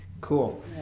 Cool